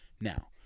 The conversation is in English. Now